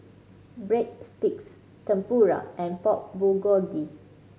Breadsticks Tempura and Pork Bulgogi